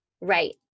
Right